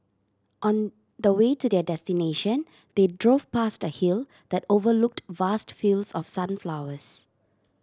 on the way to their destination they drove past a hill that overlooked vast fields of sunflowers